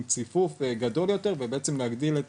עם ציפוף גדול יותר וכך בעצם להגדיל את